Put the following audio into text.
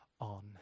on